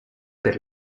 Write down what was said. per